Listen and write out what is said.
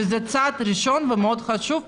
וזה צעד ראשון חשוב מאוד,